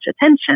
attention